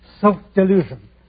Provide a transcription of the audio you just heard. Self-delusion